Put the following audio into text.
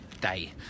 day